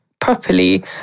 properly